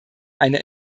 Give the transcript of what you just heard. eine